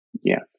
Yes